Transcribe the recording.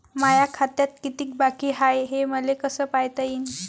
माया खात्यात कितीक बाकी हाय, हे मले कस पायता येईन?